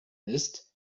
ist